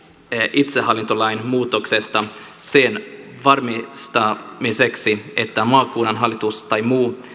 itsehallintolain muutoksesta sen varmistamiseksi että maakunnan hallitus tai muu